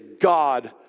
God